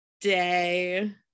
day